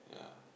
yeah